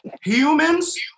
Humans